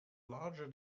larger